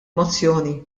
mozzjoni